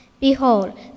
Behold